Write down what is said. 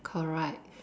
correct